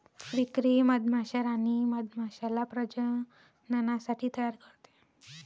फ्रीकरी मधमाश्या राणी मधमाश्याला प्रजननासाठी तयार करते